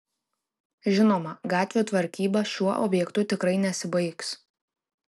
žinoma gatvių tvarkyba šiuo objektu tikrai nesibaigs